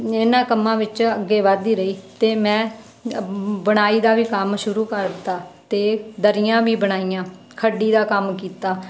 ਇਹਨਾਂ ਕੰਮਾਂ ਵਿੱਚ ਅੱਗੇ ਵਧਦੀ ਰਹੀ ਅਤੇ ਮੈਂ ਬੁਣਾਈ ਦਾ ਵੀ ਕੰਮ ਸ਼ੁਰੂ ਕਰ ਦਿੱਤਾ ਅਤੇ ਦਰੀਆਂ ਵੀ ਬਣਾਈਆਂ ਖੱਡੀ ਦਾ ਕੰਮ ਕੀਤਾ